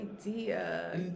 idea